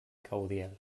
caudiel